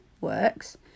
works